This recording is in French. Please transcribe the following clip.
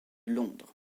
londres